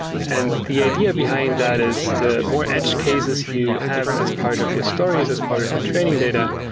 and the idea behind that is the more edge cases you have as part of your stories, as part of your training data,